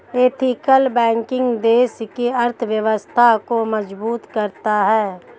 ethical banking देश की अर्थव्यवस्था को मजबूत करता है